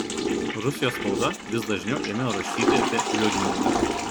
rusijos spauda vis dažniau ėmė rašyti apie liudmilą